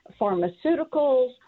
pharmaceuticals